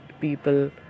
people